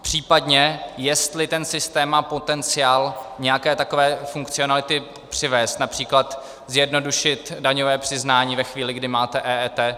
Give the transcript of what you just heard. Případně jestli ten systém má potenciál nějaké takové funkcionality přivést, například zjednodušit daňové přiznání ve chvíli, kdy máte EET.